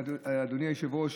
אדוני היושב-ראש.